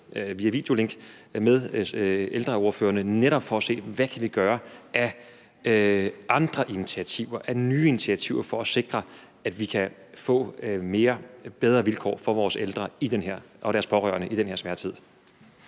via videolink med ældreordførerne. Det er netop for at se, hvad vi kan tage af andre initiativer, af nye initiativer for at sikre, at vi kan få bedre vilkår for vores ældre og deres pårørende i den her svære tid.